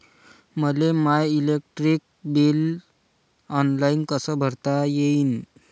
मले माय electric bill online कस भरता येईन?